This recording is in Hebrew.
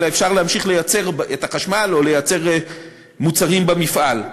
כי אפשר להמשיך לייצר את החשמל או לייצר מוצרים במפעל.